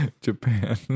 Japan